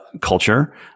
culture